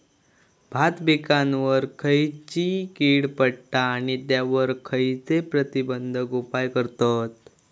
भात पिकांवर खैयची कीड पडता आणि त्यावर खैयचे प्रतिबंधक उपाय करतत?